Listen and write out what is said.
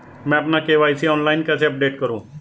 मैं अपना KYC online कैसे अपडेट करूँ?